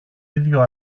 ίδιο